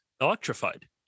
electrified